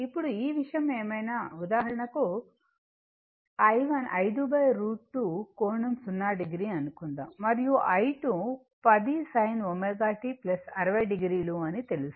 ఇప్పుడు ఈ విషయం ఏమైనా ఉదాహరణకు i1 5√2 కోణం 0 o అని అనుకుందాం మరియు i2 10 sinωt 60 o అని తెలుసు